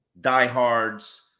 diehards